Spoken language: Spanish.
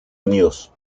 unidos